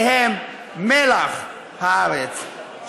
שהם מלח הארץ,